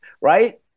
right